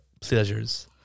Pleasures